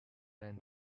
and